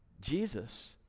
Jesus